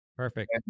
Perfect